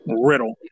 Riddle